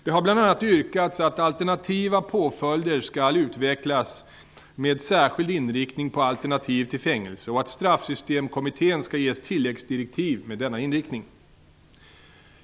Det har bl.a. yrkats att alternativa påföljder skall utvecklas med särskild inriktning på alternativ till fängelse och att Straffsystemkommittén skall ges tilläggsdirektiv med denna inriktning.